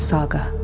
Saga